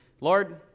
Lord